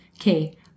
okay